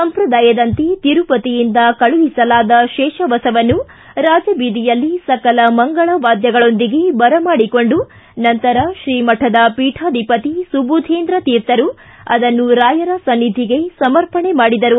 ಸಂಪ್ರದಾಯದಂತೆ ತಿರುಪತಿಯಿಂದ ಕಳುಹಿಸಲಾದ ಶೇಷವಸವನ್ನು ರಾಜಬೀದಿಯಲ್ಲಿ ಸಕಲ ಮಂಗಳ ವಾದ್ಯಗಳೊಂದಿಗೆ ಬರ ಮಾಡಿಕೊಂಡು ನಂತರ ಶ್ರೀಮಠದ ಪೀಠಾಧಿಪತಿ ಸುಬುಧೇಂದ್ರ ತೀರ್ಥರು ಅದನ್ನು ರಾಯರ ಸನ್ನಿಧಿಗೆ ಸಮರ್ಪಣೆ ಮಾಡಿದರು